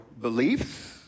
beliefs